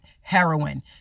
heroin